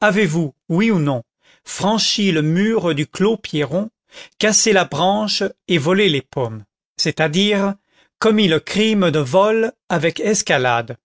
avez-vous oui ou non franchi le mur du clos pierron cassé la branche et volé les pommes c'est-à-dire commis le crime de vol avec escalade